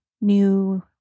new